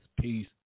Peace